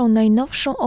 najnowszą